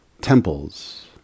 temples